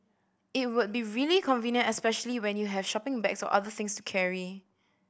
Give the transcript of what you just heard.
it would be really convenient especially when you have shopping bags or other things to carry